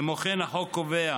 כמו כן, החוק קובע